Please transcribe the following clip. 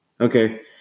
okay